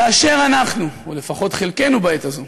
כאשר אנחנו, או לפחות חלקנו בעת הזאת,